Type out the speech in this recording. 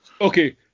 Okay